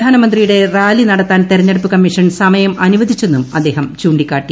പ്രധാനമന്ത്രിയുടെ റാലി നടത്താൻ തെരഞ്ഞെടുപ്പ് കമ്മീഷൻ സമയം അനുവദിച്ചെന്നും അദ്ദേഹം ചൂ ിക്കാട്ടി